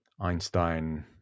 Einstein